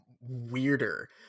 weirder